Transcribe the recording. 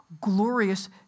glorious